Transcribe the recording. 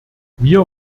wir